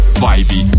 vibe